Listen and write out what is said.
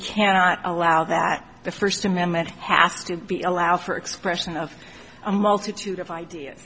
cannot allow that the first amendment has to be allowed for expression of a multitude of idea